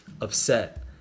upset